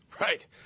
Right